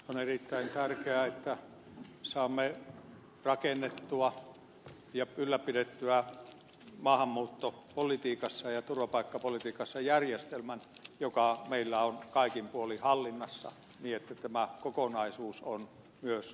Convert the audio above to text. on erittäin tärkeää että saamme rakennettua ja ylläpidettyä maahanmuuttopolitiikassa ja turvapaikkapolitiikassa järjestelmän joka meillä on kaikin puolin hallinnassa niin että tämä kokonaisuus on myös hallinnassa